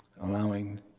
Allowing